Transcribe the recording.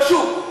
פשוט,